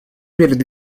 перед